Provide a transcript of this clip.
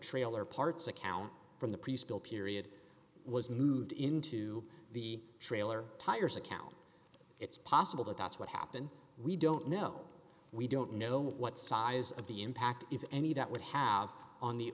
trailer parts account from the preschool period was moved into the trailer tires account it's possible that that's what happened we don't know we don't know what size of the impact if any that would have on the